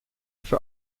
für